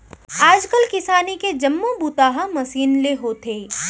आज काल किसानी के जम्मो बूता ह मसीन ले होथे